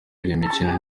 imikino